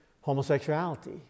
homosexuality